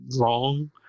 wrong